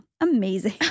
amazing